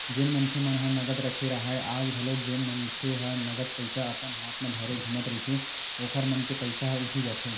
जेन मनखे मन ह नगद रखे राहय या आज घलोक जेन मन ह नगद पइसा अपन हात म धरे घूमत रहिथे ओखर मन के पइसा ह उठी जाथे